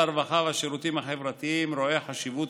הרווחה והשירותים החברתיים רואה חשיבות